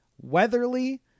Weatherly